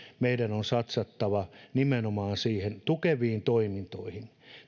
meidän on satsattava nimenomaan niihin tukeviin toimintoihin